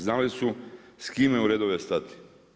Znali su s kime u redove stati.